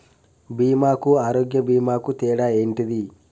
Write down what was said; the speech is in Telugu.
బీమా కు ఆరోగ్య బీమా కు తేడా ఏంటిది?